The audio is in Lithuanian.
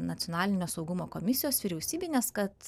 nacionalinio saugumo komisijos vyriausybinės kad